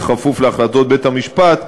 כפוף להחלטות בית-משפט,